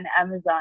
Amazon